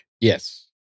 Yes